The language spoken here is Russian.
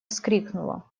вскрикнула